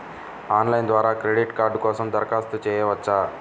Online ద్వారా credit card కోసం దరఖాస్తు చేయవచ్చా?